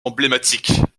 emblématiques